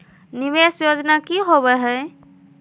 निवेस योजना की होवे है?